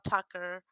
Tucker